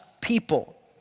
people